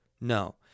No